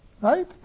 Right